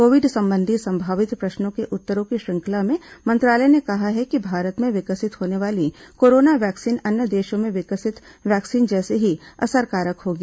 Covid संबंधी संभावित प्रश्नों के उत्तरों की श्रंखला में मंत्रालय ने कहा है कि भारत में विकसित होने वाली कोरोना वैक्सीन अन्य देशों में विकसित वैक्सीन जैसी ही असरकारक होगी